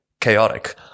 chaotic